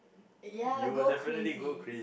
ya go crazy